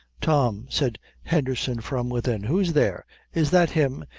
tom, said henderson from within, who's there is that him?